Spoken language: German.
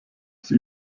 sie